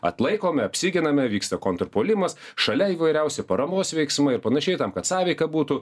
atlaikome apsiginame vyksta kontrpuolimas šalia įvairiausių paramos veiksmai ir panašiai tam kad sąveika būtų